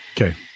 Okay